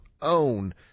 own